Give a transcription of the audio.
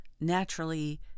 naturally